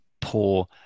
poor